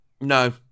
No